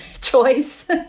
choice